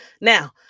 Now